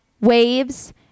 waves